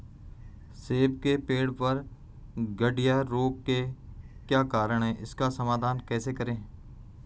सेब के पेड़ पर गढ़िया रोग के क्या कारण हैं इसका समाधान कैसे करें?